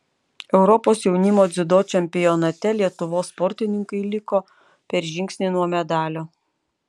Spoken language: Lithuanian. europos jaunimo dziudo čempionate lietuvos sportininkai liko per žingsnį nuo medalio